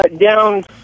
down